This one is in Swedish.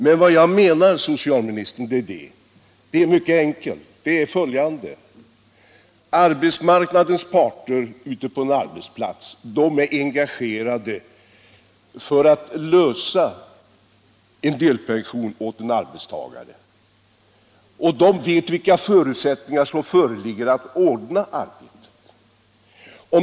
Men vad jag menar, herr socialminister, är mycket enkelt, nämligen följande. Arbetsmarknadens parter ute på en arbetsplats är engagerade för att lösa frågan om delpension för en arbetstagare. De vet vilka förutsättningar som föreligger att ordna arbete.